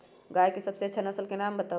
गाय के सबसे अच्छा नसल के नाम बताऊ?